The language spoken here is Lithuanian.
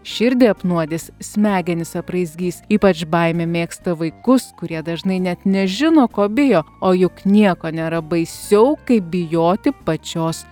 širdį apnuodys smegenis apraizgys ypač baimė mėgsta vaikus kurie dažnai net nežino ko bijo o juk nieko nėra baisiau kaip bijoti pačios